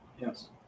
Yes